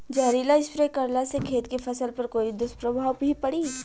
जहरीला स्प्रे करला से खेत के फसल पर कोई दुष्प्रभाव भी पड़ी?